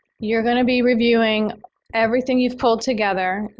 you're going to be reviewing everything you've pulled together.